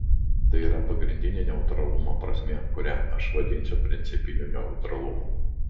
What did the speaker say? tai yra pagrindinė neutralumo prasmė kurią aš vadinsiu principiniu neutralumu